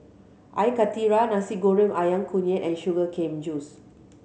Air Karthira Nasi Goreng Ayam Kunyit and sugar cane juice